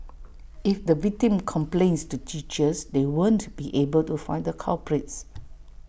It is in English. if the victim complains to teachers they won't be able to find the culprits